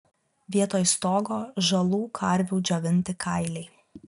vietoj stogo žalų karvių džiovinti kailiai